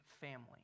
family